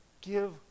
give